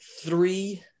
three